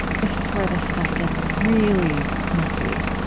this is where this stuff gets really messy.